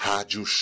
Rádio